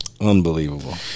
Unbelievable